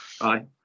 Aye